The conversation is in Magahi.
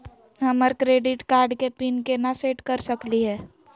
हमर क्रेडिट कार्ड के पीन केना सेट कर सकली हे?